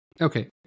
Okay